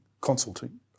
consulting